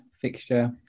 fixture